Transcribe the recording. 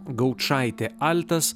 gaučaitė altas